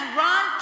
run